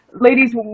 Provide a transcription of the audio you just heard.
ladies